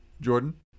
Jordan